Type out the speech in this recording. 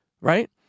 right